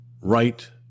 right